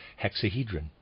hexahedron